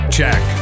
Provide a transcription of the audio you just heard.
check